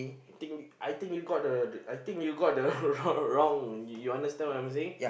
I think I think you got the I think you got the wrong you understand what I'm saying